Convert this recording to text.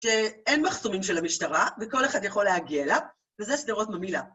שאין מחסומים של המשטרה, וכל אחד יכול להגיע אליו, וזה סדרות ממילה.